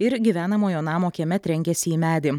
ir gyvenamojo namo kieme trenkėsi į medį